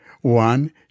One